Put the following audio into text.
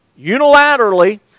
unilaterally